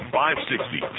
560